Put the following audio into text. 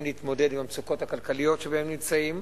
להתמודד עם המצוקות הכלכליות שבהן הם נמצאים,